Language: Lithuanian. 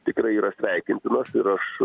tikrai yra sveikintinas ir aš